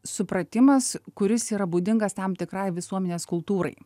supratimas kuris yra būdingas tam tikrai visuomenės kultūrai